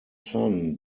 son